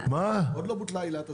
עוד לא בוטלה עילת הסבירות.